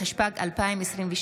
התשפ"ג 2023,